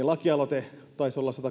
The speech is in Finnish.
lakialoite taisi olla